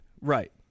right